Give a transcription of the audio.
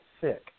sick